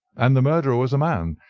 and the murderer was a man.